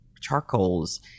charcoals